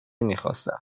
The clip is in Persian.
میخواستم